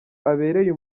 abereye